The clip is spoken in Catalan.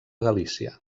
galícia